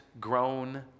grown